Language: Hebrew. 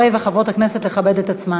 אני מבקשת מחברי וחברות הכנסת לכבד את עצמם.